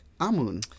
Amun